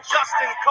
Justin